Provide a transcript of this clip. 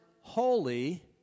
holy